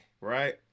right